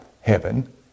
heaven